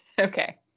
Okay